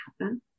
happen